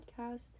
podcast